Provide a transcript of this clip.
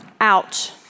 Ouch